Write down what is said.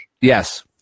Yes